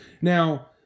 Now